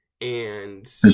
And-